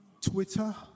Twitter